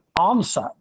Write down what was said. answer